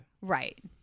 right